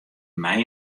mei